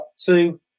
two